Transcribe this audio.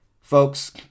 Folks